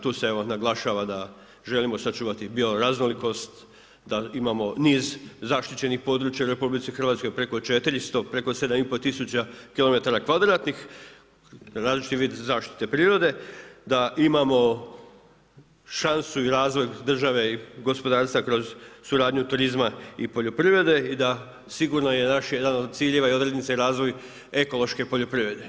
Tu se naglašava da želimo sačuvati bio raznolikost, da imamo niz zaštićenih područja u RH preko 400, preko 7,5 tisuća kilometara kvadratnih različitih vidova zaštite prirode, da imamo šansu i razvij države i gospodarstva kroz suradnju turizma i poljoprivrede i da sigurno je jedan od naših ciljeva i odrednice razvoj ekološke poljoprivrede.